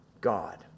God